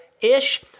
Ish